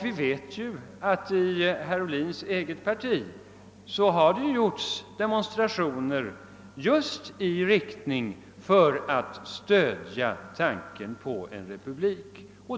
Vi vet ju att det i herr Ohlins eget parti har förekommit demonstrationer just i syfte att stödja tanken på en republik.